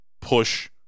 push